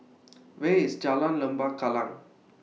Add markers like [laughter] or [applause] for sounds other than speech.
[noise] Where IS Jalan Lembah Kallang